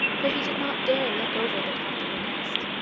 for he did not dare look over the top of the nest.